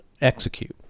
execute